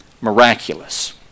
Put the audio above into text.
miraculous